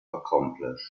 accomplish